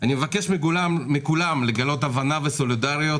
אני מבקש מכולם לגלות הבנה וסולידריות.